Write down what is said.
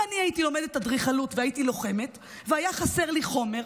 אם אני הייתי לומדת אדריכלות והייתי לוחמת והיה חסר לי חומר,